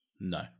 No